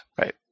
right